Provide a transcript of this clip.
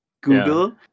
Google